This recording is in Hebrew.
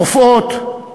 רופאות,